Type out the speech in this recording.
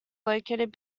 located